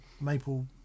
maple